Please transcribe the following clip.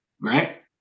right